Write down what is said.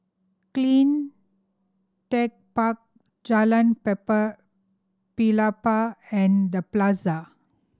Cleantech Park Jalan Paper Pelepah and The Plaza